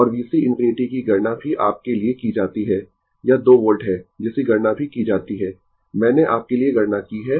और VC ∞ की गणना भी आपके लिए की जाती है यह 2 वोल्ट है जिसकी गणना भी की जाती है मैंने आपके लिए गणना की है